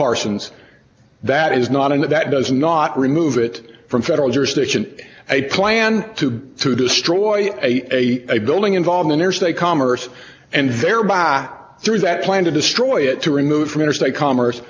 parsons that is not and that does not remove it from federal jurisdiction a plan to to destroy a building involved interstate commerce and very bought through that plan to destroy it to remove from interstate commerce